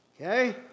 Okay